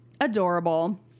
adorable